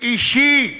אישי,